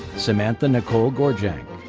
samantha nicole gorjanc,